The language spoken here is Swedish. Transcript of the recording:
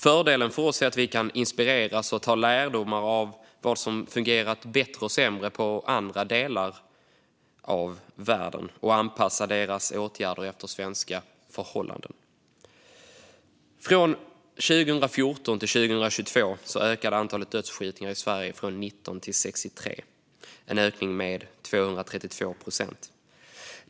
Fördelen för oss är att vi kan inspireras och dra lärdomar av vad som har fungerat bättre eller sämre i andra delar av världen och anpassa åtgärderna efter svenska förhållanden. Mellan 2014 och 2022 ökade antalet dödsskjutningar i Sverige från 19 till 63, en ökning med 232 procent.